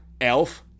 Elf